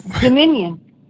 Dominion